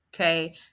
Okay